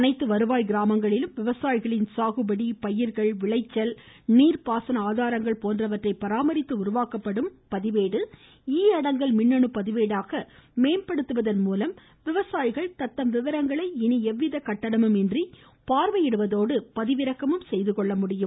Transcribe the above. அனைத்து வருவாய் கிராமங்களிலும் விவசாயிகளின் சாகுபடி பயிர்கள் விளைச்சல் நீர்பாசன ஆதாரங்கள் போன்றவற்றை பராமரித்து உருவாக்கப்படும் பதிவேடு இ அடங்கல் மின்னணு பதிவேடாக மேம்படுத்துவதன் மூலம் விவசாயிகளே தத்தம் விவரங்களை இனி எவ்வித கட்டணமுமின்றி பார்வையிடுவதோடு பதிவிறக்கம் செய்து கொள்ளமுடியும்